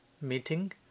meeting